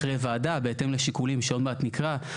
אחרי ועדה, בהתאם לשיקולים שעוד מעט נקרא.